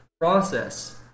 process